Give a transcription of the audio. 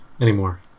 anymore